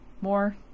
More